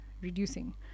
reducing